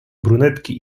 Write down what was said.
brunetki